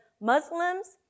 Muslims